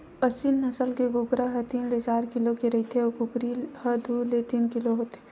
एसील नसल के कुकरा ह तीन ले चार किलो के रहिथे अउ कुकरी ह दू ले तीन किलो होथे